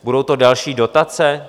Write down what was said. Budou to další dotace?